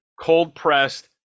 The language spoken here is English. cold-pressed